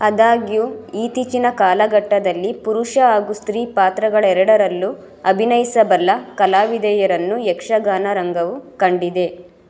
ಆದಾಗ್ಯೂ ಇತ್ತೀಚಿನ ಕಾಲಘಟ್ಟದಲ್ಲಿ ಪುರುಷ ಹಾಗೂ ಸ್ತ್ರೀ ಪಾತ್ರಗಳೆರಡರಲ್ಲೂ ಅಭಿನಯಿಸಬಲ್ಲ ಕಲಾವಿದೆಯರನ್ನು ಯಕ್ಷಗಾನರಂಗವು ಕಂಡಿದೆ